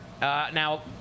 now